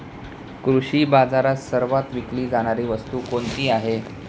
कृषी बाजारात सर्वात विकली जाणारी वस्तू कोणती आहे?